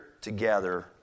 together